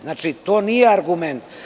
Znači, to nije argument.